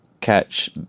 catch